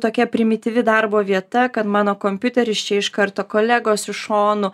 tokia primityvi darbo vieta kad mano kompiuteris čia iš karto kolegos iš šonų